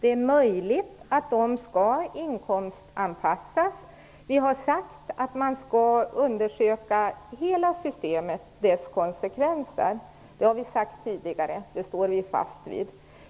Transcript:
Det är möjlighet att de skall inkomstanpassas. Detta har vi sagt tidigare, och det står vi fast vid.